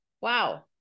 wow